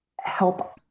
help